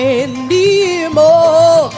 anymore